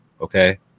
okay